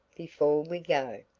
before we go.